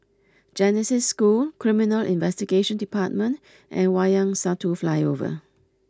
Genesis School Criminal Investigation Department and Wayang Satu Flyover